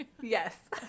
Yes